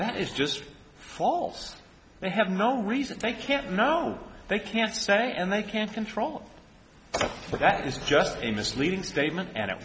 that is just false they have no reason they can't know they can't say and they can't control that is just a misleading statement and it